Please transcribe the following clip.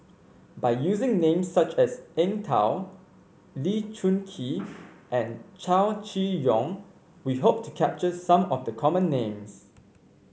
by using names such as Eng Tow Lee Choon Kee and Chow Chee Yong we hope to capture some of the common names